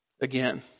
again